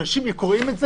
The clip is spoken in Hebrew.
כך שכשאנשים קוראים את זה,